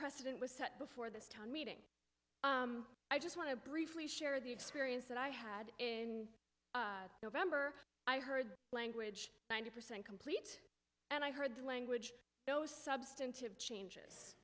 precedent was set before this town meeting i just want to briefly share the experience that i had in november i heard language ninety percent complete and i heard the language those substantive changes